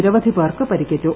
നിരവധി പേർക്ക് പരിക്കേറ്റു